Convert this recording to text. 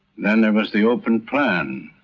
then there was the open plan.